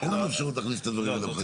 אם אתה בודק את המועדים אם אתה בודק